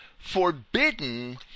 forbidden